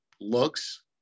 looks